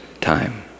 time